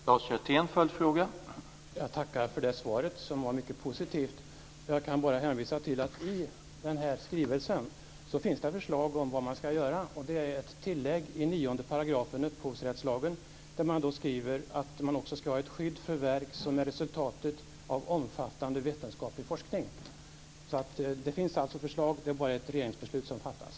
Herr talman! Jag tackar för svaret som var mycket positivt. Jag kan bara hänvisa till att det i skrivelsen finns förslag om vad man ska göra. Det är ett tillägg i 9 § upphovsrättslagen, där man skriver att man ska ha ett skydd för verk som är resultatet av omfattande vetenskaplig forskning. Det finns alltså förslag. Det är bara ett regeringsbeslut som fattas.